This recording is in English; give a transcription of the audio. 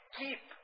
keep